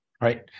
Right